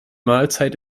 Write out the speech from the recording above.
mahlzeit